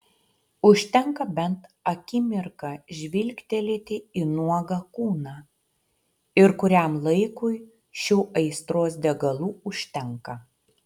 užtenka bent akimirką žvilgtelėti į nuogą kūną ir kuriam laikui šių aistros degalų užtenka